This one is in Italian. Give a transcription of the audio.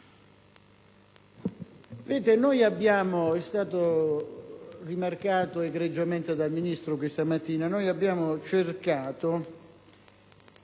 disegno di legge. È stato rimarcato egregiamente dal Ministro questa mattina che noi abbiamo cercato